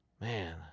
Man